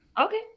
Okay